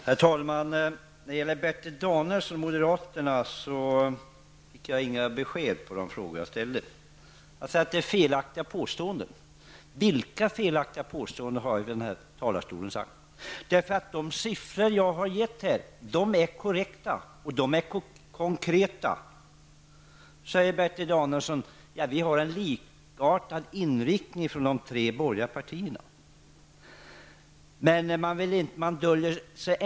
Herr talman! Av Bertil Danielsson fick jag inga besked. Han säger att jag kommer med felaktiga påståenden. Vilka felaktiga påståenden har jag gjort här från talarstolen? De siffror jag har gett här är korrekta och konkreta. De tre borgerliga partiernas förslag har en likartad inriktning, säger Bertil Danielsson.